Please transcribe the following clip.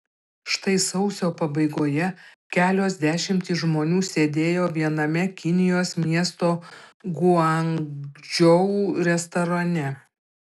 štai sausio pabaigoje kelios dešimtys žmonių sėdėjo viename kinijos miesto guangdžou restorane